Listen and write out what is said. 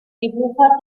dibuja